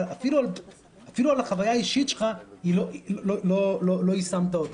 אבל אפילו על החוויה האישית שלך לא יישמת אותה.